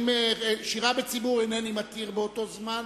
שירה בציבור אינני מתיר באותו הזמן,